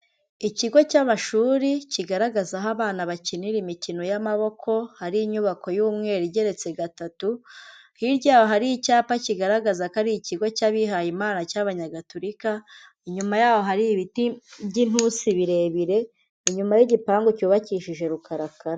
Ikigo cy'amashuri kigaragaza aho abana bakinira imikino y'amaboko, hari inyubako y'umweru igeretse gatatu, hirya yaho hari icyapa kigaragaza ko ari ikigo cy'abihaye Imana cy'abanyagaturika, inyuma yaho hari ibiti by'inturusi birebire, inyuma y'igipangu cyubakishije rukarakara.